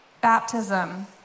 Baptism